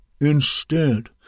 Instead